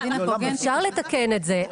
אפשר לתקן את זה,